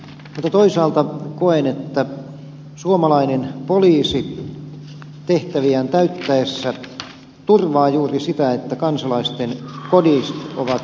mutta toisaalta koen että suomalainen poliisi tehtäviään täyttäessä turvaa juuri sitä että kansalaisten kodit ovat turvallisia paikkoja